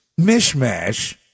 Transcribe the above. mishmash